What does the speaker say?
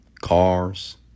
cars